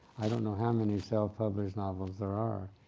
i don't know how many self published novels there are.